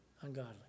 Ungodly